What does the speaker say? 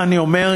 אני אומר,